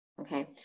Okay